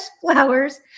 flowers